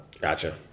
Gotcha